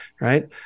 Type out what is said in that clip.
right